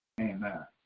Amen